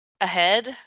ahead